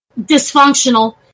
dysfunctional